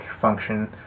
function